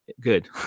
good